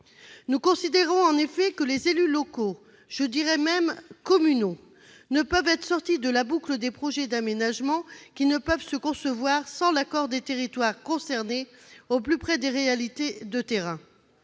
Nous considérons en effet que les élus locaux, je dirai même communaux, ne peuvent être sortis de la boucle des projets d'aménagement, qui ne peuvent se concevoir sans l'accord des territoires concernés au plus près des réalités de terrain.